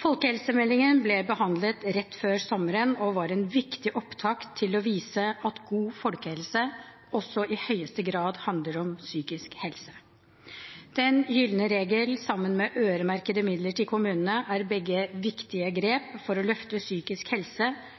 Folkehelsemeldingen ble behandlet rett før sommeren og var en viktig opptakt til å vise at god folkehelse også i høyeste grad handler om psykisk helse. Den gylne regel sammen med øremerkede midler til kommunene er begge viktige grep for å løfte psykisk helse